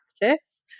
practice